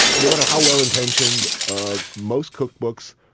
no matter how well-intentioned, ah most cookbooks